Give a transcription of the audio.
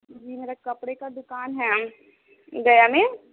جی میرا کپڑے کا دکان ہے گیا میں